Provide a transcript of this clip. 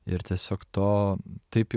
ir tiesiog to taip